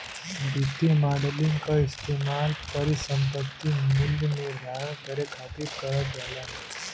वित्तीय मॉडलिंग क इस्तेमाल परिसंपत्ति मूल्य निर्धारण करे खातिर करल जाला